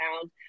found